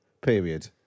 period